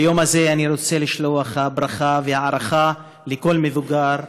ביום הזה אני רוצה לשלוח ברכה והערכה לכל מבוגר,